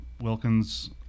Wilkins